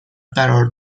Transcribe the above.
قرار